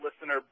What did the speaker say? listener